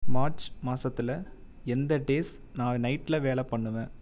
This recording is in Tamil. மார்ச் மாசத்தில் எந்த டேஸ் நான் நைட்டில் வேலை பண்ணுவேன்